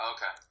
Okay